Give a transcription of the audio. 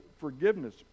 forgiveness